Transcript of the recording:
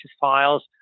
files